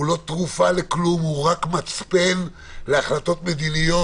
הוא לא תרופה לכלום, הוא רק מצפן להחלטות מדיניות.